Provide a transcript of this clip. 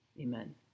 Amen